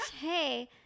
hey